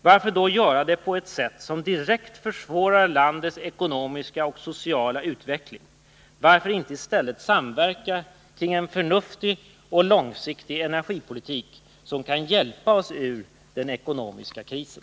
Varför då göra det på ett sätt som direkt försvårar landets ekonomiska och sociala utveckling? Varför inte i stället samverka kring en förnuftig och långsiktig energipolitik som kan hjälpa oss ur den ekonomiska krisen?